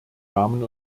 damen